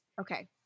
okay